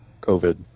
COVID